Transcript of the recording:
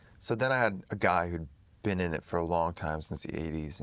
so then i had a guy who'd been in it for a long time, since the eighty s,